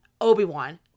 Obi-Wan